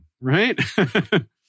right